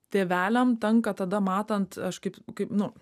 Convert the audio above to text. tėveliam tenka tada matant aš kaip kaip nu